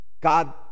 God